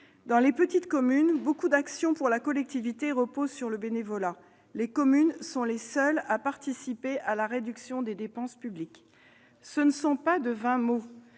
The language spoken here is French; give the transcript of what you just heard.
Dans les petites communes, beaucoup d'actions pour la collectivité reposent sur le bénévolat. Les communes sont les seules à participer à la réduction des dépenses publiques. » Ce ne sont pas de vains mots